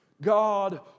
God